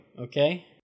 okay